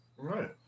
Right